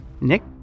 Nick